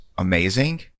Amazing